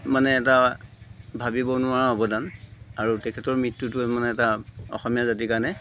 মানে এটা ভাবিব নোৱাৰা অৱদান আৰু তেখেতৰ মৃত্যুটো মানে এটা অসমীয়া জাতি কাৰণে